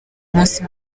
munsi